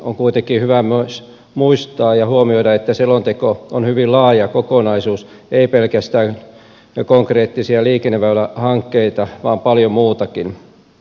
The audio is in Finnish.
on kuitenkin hyvä myös muistaa ja huomioida että selonteko on hyvin laaja kokonaisuus ei pelkästään konkreettisia liikenneväylähankkeita vaan paljon muutakin